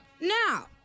Now